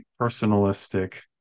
personalistic